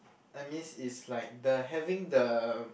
I miss is like the having the